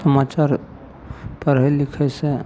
समाचार पढ़ै लिखैसॅं